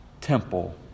temple